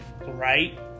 Right